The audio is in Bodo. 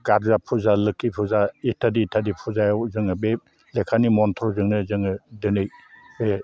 गारजा फुजा लोक्षि फुजा इटादि इटादि फुजायाव जोङो बे लेखानि मन्थ्रजोंनो जोङो दिनै बे